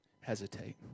hesitate